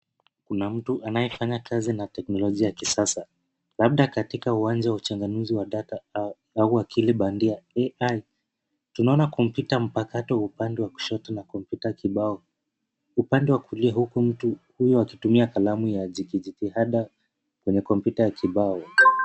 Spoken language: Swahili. Kuna mtu anayefanya kazi na teknolojia ya kisasa, labda katika uwanja wa uchanganuzi wa data au akili bandia AI . Tunaona kompyuta mpakato upande wa kushoto na kompyuta kibao upande wa kulia, huku mtu huyo akitumia kalamu ya jikijitihada kwenye kompyuta kibao.